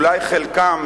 אולי חלקם,